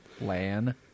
Lan